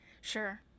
Sure